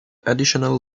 additional